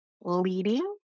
leading